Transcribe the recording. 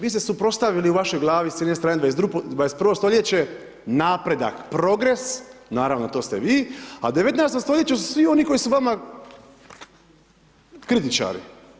Vi ste suprotstavili u vašoj glavi s jedne strane 21. stoljeće napredak, progres naravno to ste vi, a u 19. stoljeću su svi oni koji su vama kritičari.